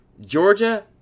Georgia-